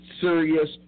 serious